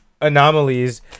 anomalies